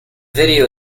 video